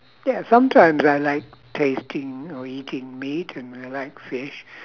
ya sometimes I like tasting or eating meat and I like fish